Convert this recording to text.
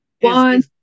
One